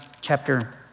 chapter